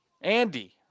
Andy